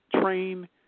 train